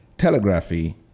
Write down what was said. telegraphy